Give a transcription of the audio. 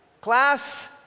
Class